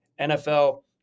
NFL